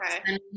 okay